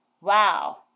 wow